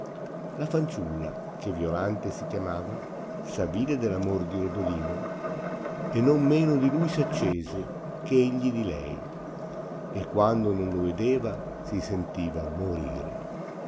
la fanciulla che violante si chiamava s'avvide dell'amor di rodolino e non meno di lui s'accese che egli di lei e quando non lo vedeva si sentiva morire